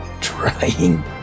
Trying